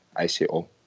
ICO